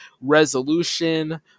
resolution